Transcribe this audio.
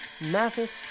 Mathis